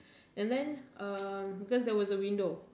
and then um because there was a window